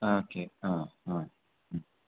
ആ okay uh അ